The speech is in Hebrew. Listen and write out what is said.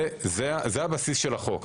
זה בסיס החוק.